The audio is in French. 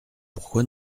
pourquoi